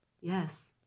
Yes